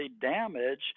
damage